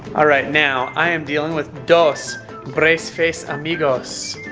alright, now i am dealing with dos brace-face amigos.